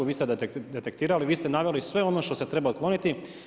Vi ste detektirali, vi ste naveli sve ono što se treba otkloniti.